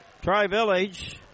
Tri-Village